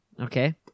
Okay